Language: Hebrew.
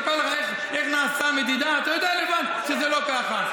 אחוזי הגיוס בצפון תל אביב הם בדיוק כמו כל מדינת ישראל,